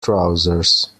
trousers